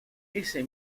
ese